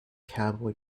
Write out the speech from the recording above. cowboy